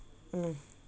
mm